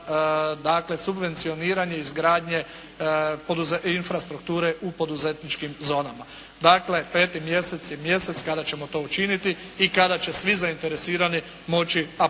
subvencioniranje i izgradnje infrastrukture u poduzetničkim zonama. Dakle 5. mjesec je mjesec kada ćemo to učiniti i kada će svi zainteresirani moći aplicirati